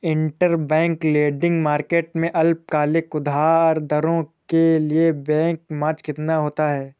Interbank lending market में अल्पकालिक उधार दरों के लिए बेंचमार्क कितना होता है?